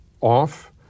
off